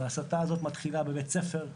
והסתה הזאת מתחילה בבית ספר,